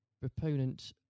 proponent